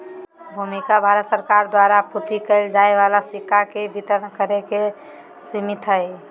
भूमिका भारत सरकार द्वारा आपूर्ति कइल जाय वाला सिक्का के वितरण करे तक सिमित हइ